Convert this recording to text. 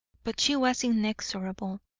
but she was inexorable.